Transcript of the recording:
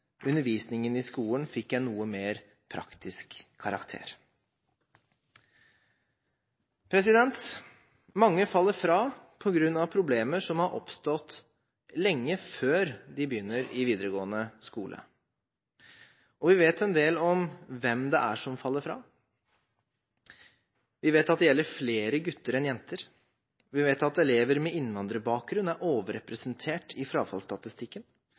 undervisningen i skolen fikk en noe mer praktisk karakter. Mange faller fra på grunn av problemer som har oppstått lenge før de begynner i videregående skole, og vi vet en del om hvem det er som faller fra. Vi vet at det gjelder flere gutter enn jenter. Vi vet at elever med innvandrerbakgrunn er overrepresentert i frafallsstatistikken.